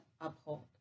uphold